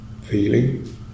Feeling